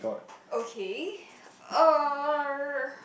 okay err